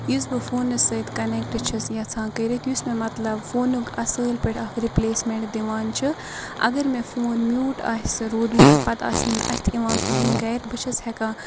یُس بہٕ فونَس سۭتۍ کَنٮ۪کٹہٕ چھَس یَژھان کٔرِتھ یُس مےٚ مطلب فونُک اَصل پٲٹھۍ اَکھ رِپلیسمٮ۪نٛٹ دِوان چھُ اگر مےٚ فون میوٗٹ آسہِ روٗدمُت تہِ پَتہٕ آسٮ۪م نہٕ اَتھِ یِوان کِہیٖنۍ گَرِ بہٕ چھَس ہٮ۪کان